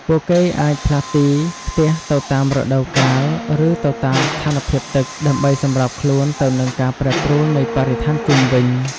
ពួកគេអាចផ្លាស់ទីផ្ទះទៅតាមរដូវកាលឬទៅតាមស្ថានភាពទឹក ដើម្បីសម្របខ្លួនទៅនឹងការប្រែប្រួលនៃបរិស្ថានជុំវិញ។